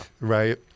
Right